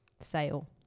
sale